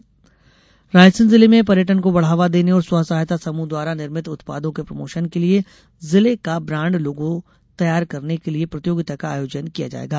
लोगो प्रतियोगिता रायसेन जिले में पर्यटन को बढ़ावा देने और स्वसहायता समूहों द्वारा निर्मित उत्पादों के प्रमोशन के लिये जिले का ब्रांड लोगो तैयार करने के लिये प्रतियोगिता का आयोजन किया जायेगा